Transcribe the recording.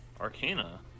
Arcana